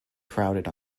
crowded